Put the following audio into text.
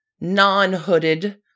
non-hooded